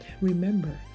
Remember